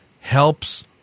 helps